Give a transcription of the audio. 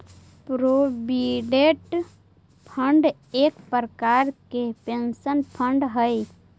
provident fund एक प्रकार के पेंशन फंड हई